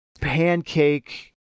pancake